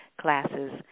classes